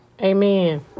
Amen